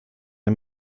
der